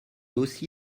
aussi